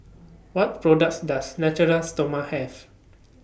What products Does Natura Stoma Have